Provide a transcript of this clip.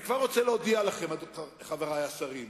אני כבר רוצה להודיע לכם, חברי השרים,